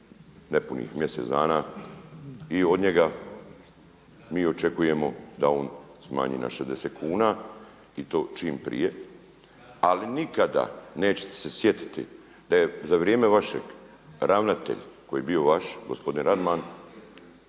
nepunih mjesec dana i od njega mi očekujemo da on smanji na 60 kuna i to čim prije. Ali nikada nećete se sjetiti da je za vrijeme vašeg ravnatelj koji je bio vaš gospodine Radman